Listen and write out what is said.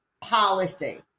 policy